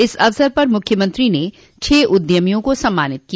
इस अवसर पर मुख्यमंत्री ने छह उद्यमियों को सम्मानित किया